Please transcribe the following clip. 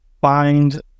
find